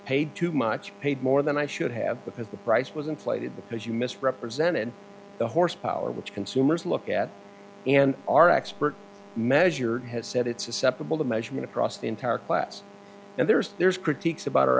paid too much paid more than i should have because the price was inflated because you misrepresented the horsepower which consumers look at and our expert measure has said it's susceptible to measurement across the entire class and there's there's critique